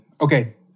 Okay